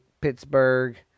Pittsburgh